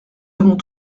avons